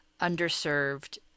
underserved